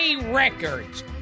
Records